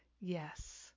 yes